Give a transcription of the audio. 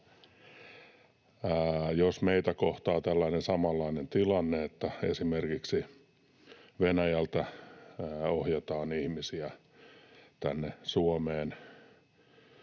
jos meitä kohtaa tällainen samanlainen tilanne, että esimerkiksi Venäjältä ohjataan ihmisiä tänne Suomeen